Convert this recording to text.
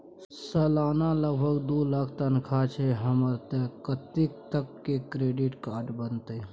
सलाना लगभग दू लाख तनख्वाह छै हमर त कत्ते तक के क्रेडिट कार्ड बनतै?